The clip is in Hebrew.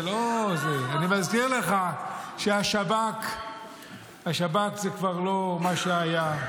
אני מזכיר לך שהשב"כ זה כבר לא מה שהיה,